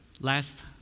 Last